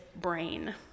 brain